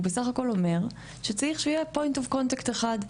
הוא בסך הכל אומר שצריך שיהיה point of contact אחד.